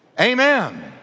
Amen